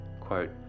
Quote